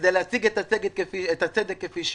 כדי להציג את הצדק כפי שהוא